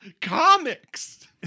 comics